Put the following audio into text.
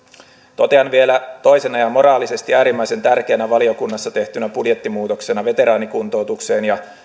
totean vielä toisena ja moraalisesti äärimmäisen tärkeänä valiokunnassa tehtynä budjettimuutoksena veteraanikuntoutukseen ja